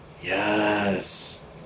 Yes